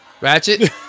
Ratchet